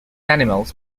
animals